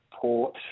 Port